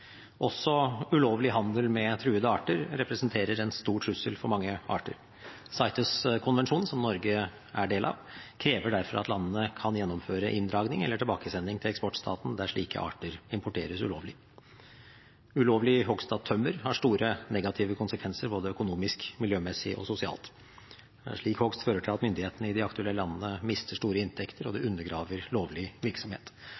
Også ulovlig handel med truede arter representerer en stor trussel for mange arter. CITES-konvensjonen, som Norge er del av, krever derfor at landene kan gjennomføre inndragning eller tilbakesending til eksportstaten der slike arter importeres ulovlig. Ulovlig hogst av tømmer har store negative konsekvenser både økonomisk, miljømessig og sosialt. Slik hogst fører til at myndighetene i de aktuelle landene mister store inntekter, og det undergraver lovlig virksomhet.